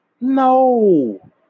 No